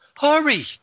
Hurry